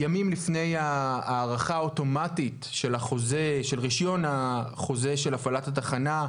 ימים לפני ההארכה האוטומטית של רישיון החוזה של הפעלת התחנה,